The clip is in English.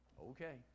Okay